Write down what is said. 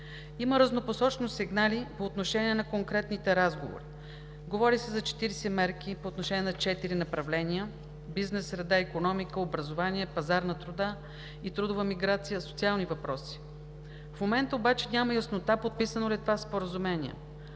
Има разнопосочни сигнали по отношение на конкретните разговори – говори се за 40 мерки по отношение на четири направления: бизнес среда, икономика, образование, пазар на труда и трудова миграция, социални въпроси. В момента обаче няма яснота подписано ли е това споразумение?